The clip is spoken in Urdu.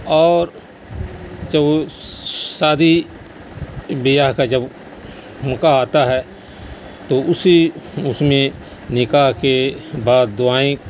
اور شادی بیاہ کا جب موقع آتا ہے تو اسی اس میں نکاح کے بعد دعائیں